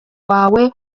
wawe